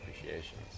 appreciations